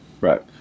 Right